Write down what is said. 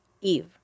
Eve